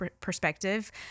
perspective